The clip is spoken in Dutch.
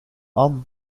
anne